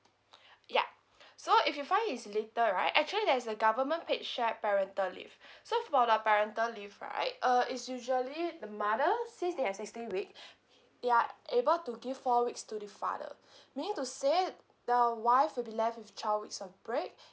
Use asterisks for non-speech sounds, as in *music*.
*breath* yup *breath* so if you find his letter right actually there's a government paid shared parental leave *breath* so f~ about the parental leave right uh it's usually the mothers since they have sixteen week *breath* they're able to give four weeks to the father *breath* meaning to say the wife will be left with twelve weeks of break *breath*